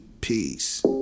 Peace